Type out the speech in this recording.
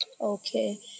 Okay